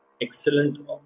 excellent